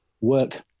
work